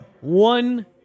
One